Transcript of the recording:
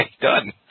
done